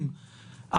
הכול פשוט,